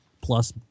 plus